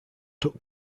took